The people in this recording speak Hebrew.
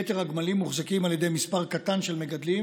יתר הגמלים מוחזקים על ידי מספר קטן של מגדלים